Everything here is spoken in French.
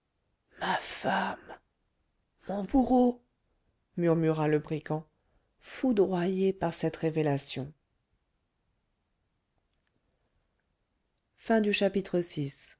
ma femme mon bourreau murmura le brigand foudroyé par cette révélation vii